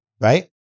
right